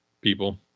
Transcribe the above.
people